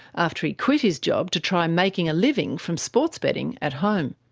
after he quit his job to try making a living from sports betting at home.